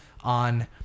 on